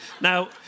Now